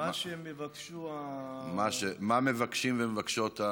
מה שיבקשו מה מבקשים ומבקשות המציעים?